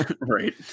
right